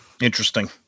Interesting